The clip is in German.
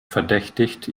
verdächtigt